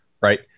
right